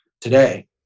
today